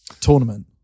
tournament